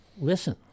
listen